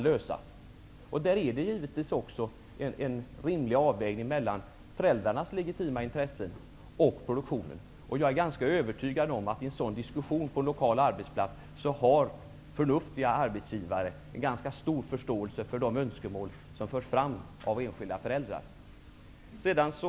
Där krävs det givetvis också en rimlig avvägning mellan föräldrarnas legitima intressen och produktionens. Jag är ganska övertygad om att förnuftiga arbetsgivare har ganska stor förståelse för de önskemål som förs fram av enskilda föräldrar i en sådan diskussion på en lokal arbetsplats.